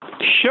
Sure